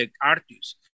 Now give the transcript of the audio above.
artists